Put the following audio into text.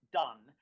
done